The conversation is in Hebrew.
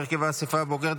הרכב האספה הבוחרת,